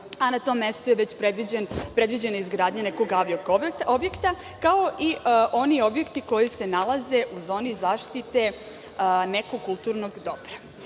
a na tom mestu je već predviđena izgradnja nekog avio objekta, kao i oni objekti koji se nalaze u zoni zaštite nekog kulturnog